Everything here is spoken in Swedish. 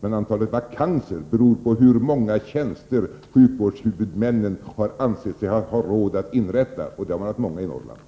Men antalet vakanser beror på hur många tjänster sjukvårdshuvudmännen har ansett sig ha råd att inrätta — och man har haft råd med många i Norrland.